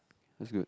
is good